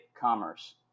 commerce